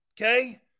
okay